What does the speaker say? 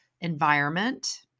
environment